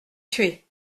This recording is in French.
tué